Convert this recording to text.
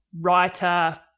writer